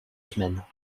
semaines